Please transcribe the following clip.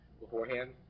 beforehand